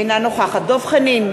אינה נוכחת דב חנין,